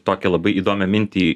tokią labai įdomią mintį